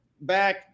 back